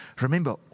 Remember